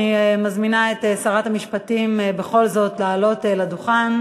אני מזמינה את שרת המשפטים בכל זאת לעלות לדוכן.